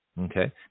Okay